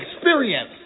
experience